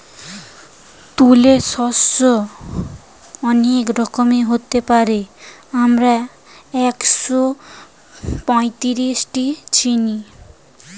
তুলে শস্য অনেক রকমের হতে পারে, আমরা একশোপঁয়ত্রিশটি চিনি